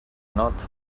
not